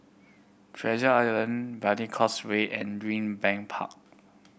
Treasure Island Brani Causeway and Greenbank Park